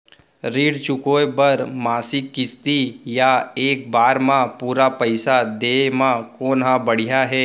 ऋण चुकोय बर मासिक किस्ती या एक बार म पूरा पइसा देहे म कोन ह बढ़िया हे?